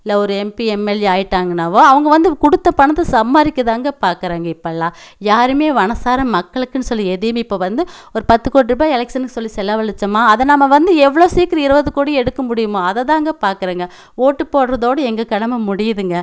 இல்லை ஒரு MP MLA ஆயிட்டாங்கனாவோ அவங்க வந்து கொடுத்த பணத்தை சம்பாதிக்க தாங்க பார்க்கறாங்க இப்போல்லாம் யாருமே மனசார மக்களுக்குன்னு சொல்லி எதையுமே இப்போ வந்து ஒரு பத்து கோடி ரூபாய் எலக்ஷன்னு சொல்லி செலவழிச்சம்மா அதை நம்ம வந்து எவ்வளோ சீக்கிரம் இருபது கோடி எடுக்க முடியுமா அதை தாங்க பார்க்கறாங்க ஓட்டு போடுறதோட எங்கள் கடமை முடியுதுங்க